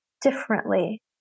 differently